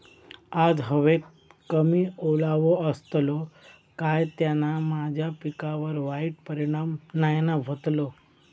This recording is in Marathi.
आज हवेत कमी ओलावो असतलो काय त्याना माझ्या पिकावर वाईट परिणाम नाय ना व्हतलो?